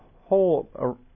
whole